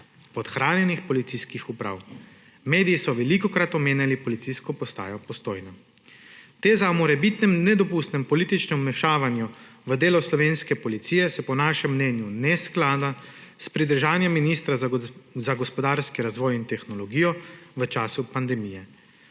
podhranjenih policijskih uprav. Mediji so velikokrat omenjali Policijsko postajo Postojna. Teza o morebitnem nedopustnem političnem vmešavanju v delo slovenske policije se po našem mnenju ne sklada s pridržanjem ministra za gospodarski razvoj in tehnologijo v času pandemije.